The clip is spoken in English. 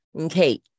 Okay